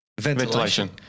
Ventilation